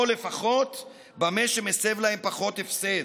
או לפחות במה שמסב להם פחות הפסד.